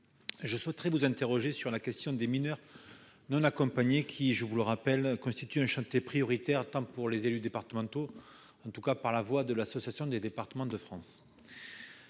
je souhaiterais vous interroger sur la question des mineurs non accompagnés qui, je vous le rappelle, constitue un chantier prioritaire pour les élus départementaux, qui se sont exprimés par la voix de l'Assemblée des départements de France.